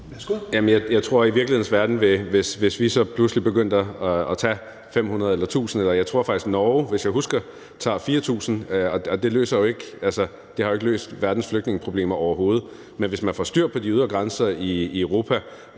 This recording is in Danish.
Jeg tror i virkelighedens verden, at hvis vi pludselig begyndte at tage 500 eller 1.000, ville det ikke løse det. Jeg tror faktisk, at Norge, hvis jeg husker korrekt, tager 4.000, og det har jo ikke løst verdens flygtningeproblemer overhovedet. Men hvis man får styr på de ydre grænser i Europa,